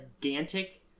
gigantic